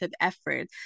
effort